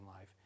life